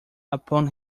upon